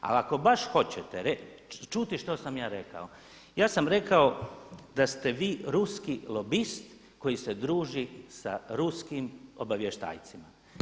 Ali ako baš hoćete reći, čuti što sam ja rekao ja sam rekao da ste vi ruski lobist koji se druži sa ruskim obavještajcima.